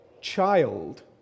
child